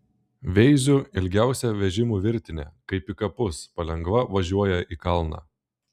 veiziu ilgiausia vežimų virtinė kaip į kapus palengva važiuoja į kalną